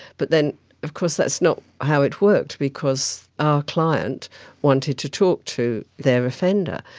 but then of course that's not how it worked, because our client wanted to talk to their offender.